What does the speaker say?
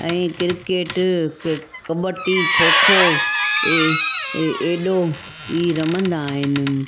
ऐं क्रिकेट क कब्बडी खो खो ए एॾो ई रमंदा आहिनि